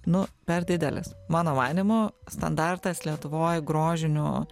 nu per didelės mano manymu standartas lietuvoj grožinių